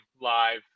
live